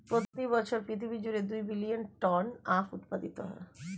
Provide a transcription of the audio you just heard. প্রতি বছর পৃথিবী জুড়ে দুই বিলিয়ন টন আখ উৎপাদিত হয়